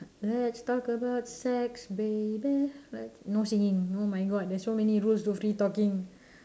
let's talk about sex baby let's no singing oh my god there's so many rules to free talking